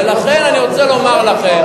ולכן אני רוצה לומר לכם,